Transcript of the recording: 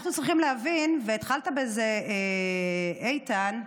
אנחנו צריכים להבין, והתחלת בזה, איתן,